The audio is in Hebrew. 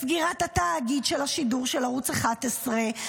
סגירת התאגיד של השידור של ערוץ 11,